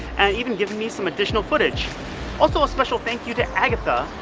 and even giving me some additional footage also a special thank you to agatha,